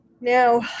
Now